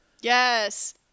Yes